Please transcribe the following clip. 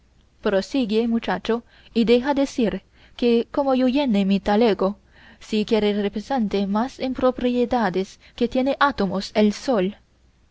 prosigue muchacho y deja decir que como yo llene mi talego si quiere represente más impropiedades que tiene átomos el sol